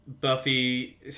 buffy